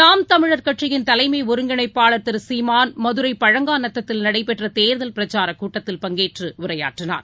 நாம் தமிழர் கட்சியின் தலைமைஒருங்கிணைப்பாளர் திருசீமான் மதுரைபழங்காநத்தத்தில் நடைபெற்றதேர்தல் பிரச்சாரக் கூட்டத்தில் பங்கேற்றுஉரையாற்றினார்